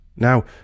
Now